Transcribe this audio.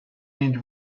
mieć